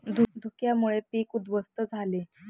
धुक्यामुळे पीक उध्वस्त झाले